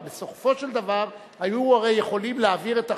אבל בסופו של דבר היו הרי יכולים להעביר את החוק מן העולם.